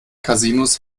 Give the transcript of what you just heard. casinos